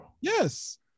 Yes